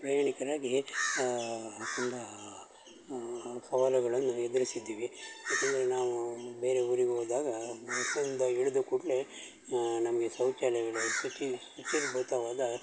ಪ್ರಯಾಣಿಕರಾಗಿ ತುಂಬ ಸವಾಲುಗಳನ್ನು ಎದುರಿಸಿದ್ದೀವಿ ಏಕೆಂದರೆ ನಾವು ಬೇರೆ ಊರಿಗೆ ಹೋದಾಗ ಬಸ್ಸಿಂದ ಇಳಿದ ಕೂಡಲೇ ನಮಗೆ ಶೌಚಾಲಯಗಳು ಶುಚಿ ಶುಚಿರ್ಭೂತವಾದ